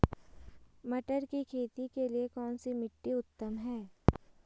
मटर की खेती के लिए कौन सी मिट्टी उत्तम है?